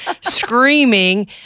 screaming